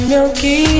Milky